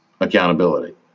accountability